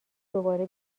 دوباره